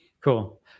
Cool